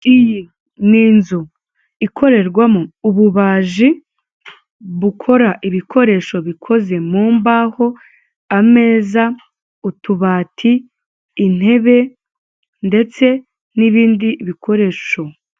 Iyi ni inzu ikorerwamo ububaji bukora ibikoresho bikoze mu mbaho, ameza, tubati, intebe ndetse n'ibindi bikoresho.